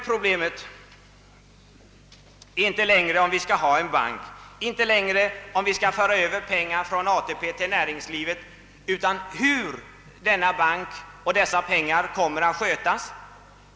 Problemet är inte längre, om vi skall ha en bank, och föra över pengar från ATP till näringslivet, utan hur denna bank och dessa pengar kommer att skötas.